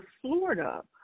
Florida